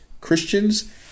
Christians